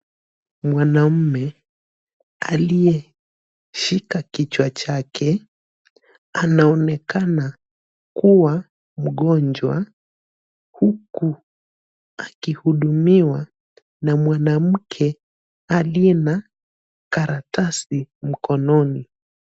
Mwanamume aliyeshika kichwa chake anaonekana kuwa mgonjwa huku akihudumiwa na mwanamke aliye na karatasi mkononi.